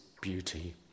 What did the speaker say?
beauty